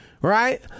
Right